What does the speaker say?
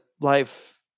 life